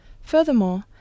Furthermore